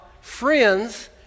friends